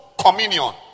communion